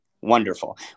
Wonderful